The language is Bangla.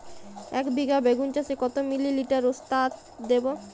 একবিঘা বেগুন চাষে কত মিলি লিটার ওস্তাদ দেবো?